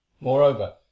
moreover